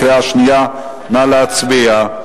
קריאה שנייה, נא להצביע.